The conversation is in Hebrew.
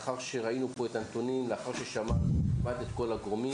לאחר שראינו פה את הנתונים ושמענו כמעט את כל הגורמים.